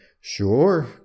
sure